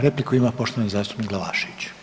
Repliku ima poštovani zastupnik Glavašević.